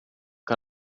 que